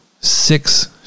six